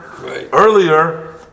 earlier